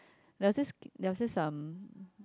there was this there was this um